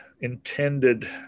intended